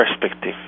perspective